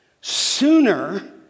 sooner